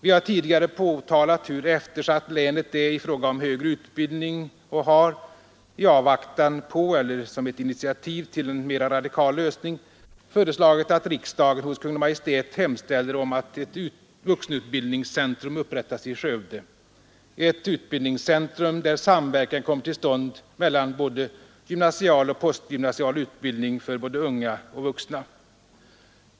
Vi har tidigare påtalat hur eftersatt länet är i fråga om högre utbildning och har — i avvaktan på eller som ett initiativ till en mera radikal lösning — föreslagit att riksdagen hos Kungl. Maj:t hemställer om att ett vuxenutbildningscentrum upprättas i Skövde, ett utbildningscentrum där samverkan kommer till stånd mellan gymnasial och postgymnasial utbildning för både unga och vuxna.